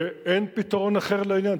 ואין פתרון אחר לעניין,